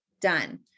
done